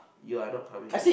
you are not coming